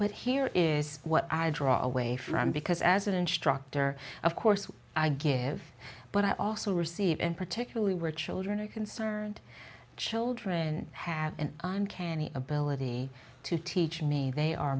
but here is what i draw away from because as an instructor of course i give but i also receive and particularly where children are concerned children have an uncanny ability to teach me they are